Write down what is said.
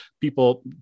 people